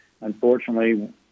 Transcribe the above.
Unfortunately